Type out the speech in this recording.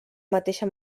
mateixa